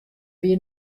wie